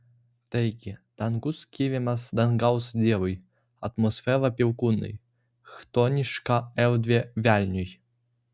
taigi dangus skiriamas dangaus dievui atmosfera perkūnui chtoniška erdvė velniui